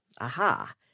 Aha